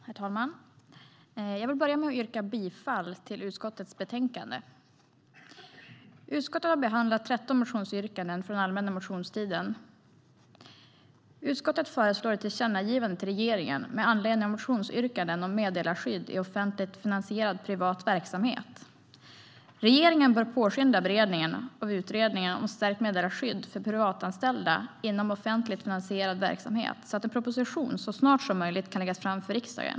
Herr talman! Jag vill börja med att yrka bifall till utskottets förslag i betänkandet. Utskottet har behandlat 13 motionsyrkanden från allmänna motionstiden. Utskottet föreslår ett tillkännagivande till regeringen med anledning av motionsyrkanden om meddelarskydd i offentligt finansierad privat verksamhet. Regeringen bör påskynda beredningen av utredningen om stärkt meddelarskydd för privatanställda inom offentligt finansierad verksamhet, så att en proposition så snart som möjligt kan läggas fram för riksdagen.